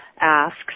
asks